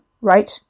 right